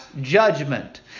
judgment